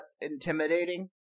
intimidating